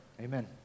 Amen